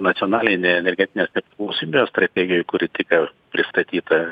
nacionalinė energetinė nepriklausomybės strategiją kuri tik ką pristatyta